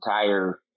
entire